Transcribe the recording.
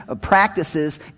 practices